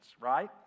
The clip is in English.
right